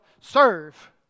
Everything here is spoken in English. serve